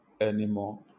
anymore